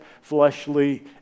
fleshly